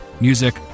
Music